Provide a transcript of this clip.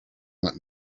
let